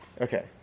Okay